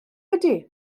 ydy